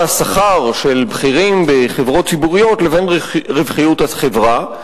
השכר של בכירים בחברות ציבוריות לבין רווחיות החברה.